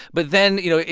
but then, you know,